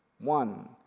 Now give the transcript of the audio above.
one